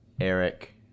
Eric